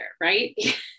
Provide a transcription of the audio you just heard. right